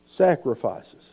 Sacrifices